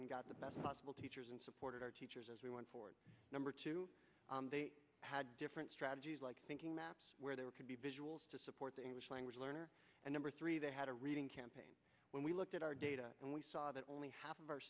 and got the best possible teachers and supported our teachers as we went forward number two they had different strategies like making maps where there could be visuals to support the english language learner and number three they had a reading campaign when we looked at our data and we saw that only half of our